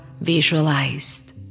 visualized